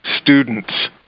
students